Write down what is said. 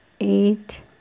eight